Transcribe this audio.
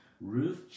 Ruth